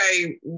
okay